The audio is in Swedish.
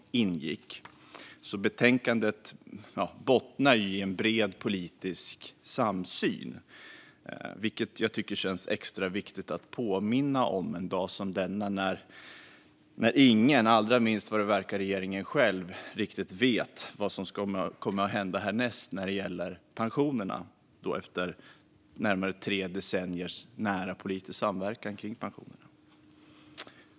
Betänkandet bottnar alltså i en bred politisk samsyn, vilket känns extra viktigt att påminna om i dag när ingen, allra minst vad det verkar regeringen själv, riktigt vet vad som kommer att hända härnäst när det gäller pensionerna - efter närmare tre decenniers nära politisk samverkan om dessa. Herr talman!